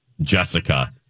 Jessica